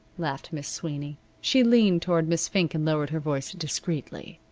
laughed miss sweeney. she leaned toward miss fink and lowered her voice discreetly.